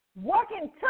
Working